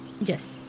Yes